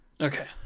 Okay